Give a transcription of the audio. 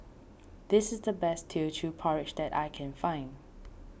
this is the best Teochew Porridge that I can find